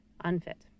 Unfit